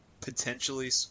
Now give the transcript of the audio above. potentially